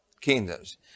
kingdoms